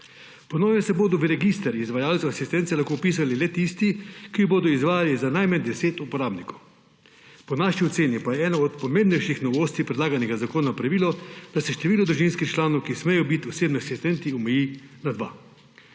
Po novem se bodo v register izvajalcev asistence lahko vpisali le tisti, ki jo bodo izvajali za najmanj deset uporabnikov. Po naši oceni pa je ena od pomembnejših novosti predlaganega zakona pravilo, da se število družinskih članov, ki smejo biti osebni asistenti, omeji na dva.